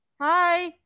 Hi